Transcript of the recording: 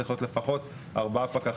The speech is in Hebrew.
אני צריך להיות לפחות 4 פקחים,